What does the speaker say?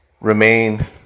Remain